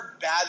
bad